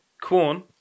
Corn